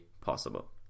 possible